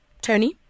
Tony